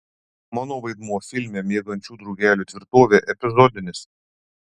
mano vaidmuo filme miegančių drugelių tvirtovė epizodinis